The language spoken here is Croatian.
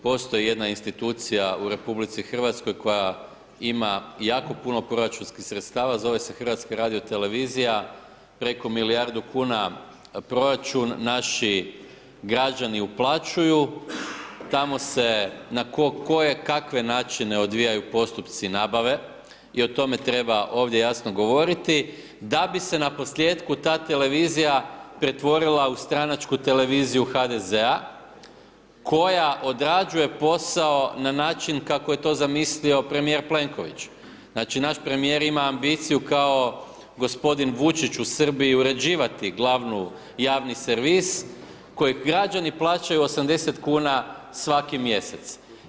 Postoji jedna institucija u RH koja ima jako puno proračunskih sredstava, zove se HRT, preko milijardu kuna proračun, naši građani uplaćuju, tamo se na kojekakve načine odvijaju postupci nabave i o tome treba ovdje jasno govoriti, da bi se naposljetku ta televizija pretvorila u stranačku televiziju HDZ-a koja odrađuje posao na način kako je to zamislio premjer Plenković, znači naš premjer ima ambiciju kao gospodin Vučić u Srbiju uređivati glavnu, javni servis, koju građani plaćaju 80 kn svaki mjesec.